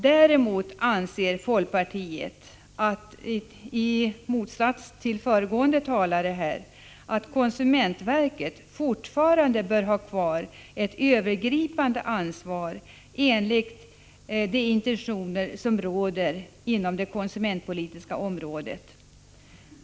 Däremot anser vi i folkpartiet, i motsats till föregående talare här, att konsumentverket fortfarande bör ha ett övergripande ansvar enligt intentionerna inom det konsumentpolitiska området.